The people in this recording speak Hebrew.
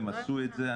הם עשו את זה.